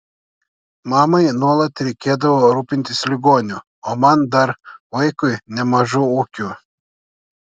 mamai nuolat reikėdavo rūpintis ligoniu o man dar vaikui nemažu ūkiu